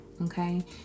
Okay